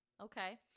Okay